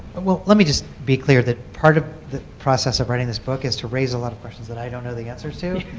let me just be clear that part of the process of writing this book is to raise a lot of questions that i don't know the answers to.